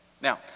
Now